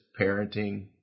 parenting